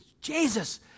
Jesus